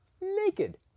naked